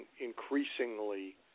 increasingly